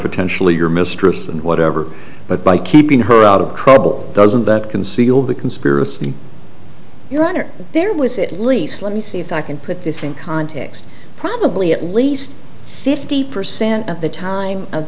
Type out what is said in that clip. potentially your mistress and whatever but by keeping her out of trouble doesn't that conceal the conspiracy your honor there was it lisa let me see if i can put this in context probably at least fifty percent of the time